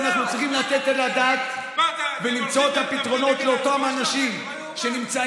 אנחנו צריכים לתת את הדעת ולמצוא את הפתרונות לאותם אנשים שנמצאים